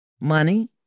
money